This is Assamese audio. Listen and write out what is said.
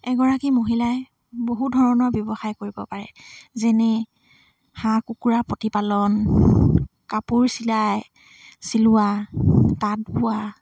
এগৰাকী মহিলাই বহু ধৰণৰ ব্যৱসায় কৰিব পাৰে যেনে হাঁহ কুকুৰা প্ৰতিপালন কাপোৰ চিলাই চিলোৱা তাঁত বোৱা